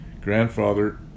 Grandfather